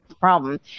problem